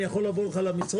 אני יכול לבוא לך למשרד?